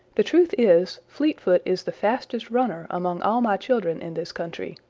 the truth is, fleetfoot is the fastest runner among all my children in this country.